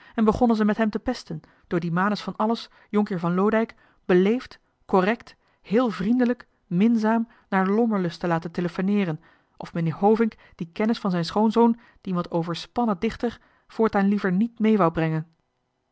en begonnen ze met hem te pesten door dien manus van alles jonkheer van loodijck beleefd correct heel vriendelijk minzaam naar lommerlust te laten telefoneeren of meneer hovink dien kennis van zijn schoonzoon dien wat overspannen dichter voortaan liever niet mee wou brengen